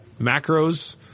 macros